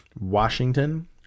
Washington